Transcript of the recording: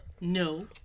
No